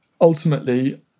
ultimately